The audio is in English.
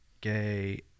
gay